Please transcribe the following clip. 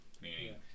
meaning